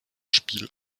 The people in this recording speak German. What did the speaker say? spiel